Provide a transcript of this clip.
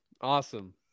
Awesome